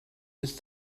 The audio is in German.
ist